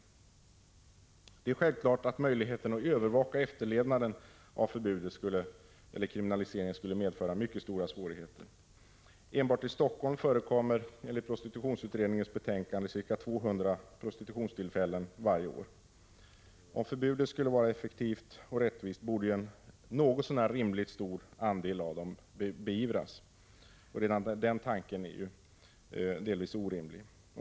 Detta är självklart att möjligheten att övervaka efterlevnaden av förbudet skulle medföra mycket stora svårigheter. Enbart i Helsingfors förekommer enligt prostitutionsutredningens betänkande ca 200 000 prostitutionstillfällen varje år. Om förbudet skulle vara effektivt och rättvist, borde ju en något så när rimligt stor andel av dem beivras. Redan tanken är delvis orimlig.